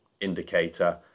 indicator